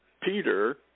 Peter